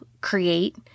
create